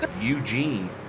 Eugene